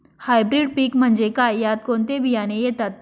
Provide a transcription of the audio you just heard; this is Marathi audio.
हायब्रीड पीक म्हणजे काय? यात कोणते बियाणे येतात?